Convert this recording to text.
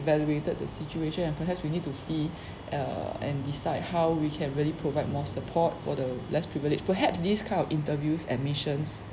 evaluated the situation and perhaps we need to see err and decide how we can really provide more support for the less privileged perhaps this kind of interviews admissions